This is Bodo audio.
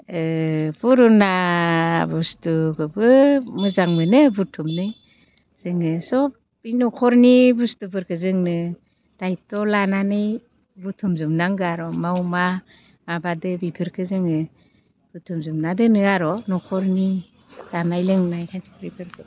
पुरुना बुस्तुखौबो मोजां मोनो बुथुमनो जोङो सब बे न'खरनि बुस्तुफोरखौ जोंनो दायत्य' लानानै बुथुमजोबनांगौ आरो माव मा माबादो बेफोरखौ जोङो बुथुमजोबना दोनो आरो न'खरनि जानाय लोंनाय बेफोरखौ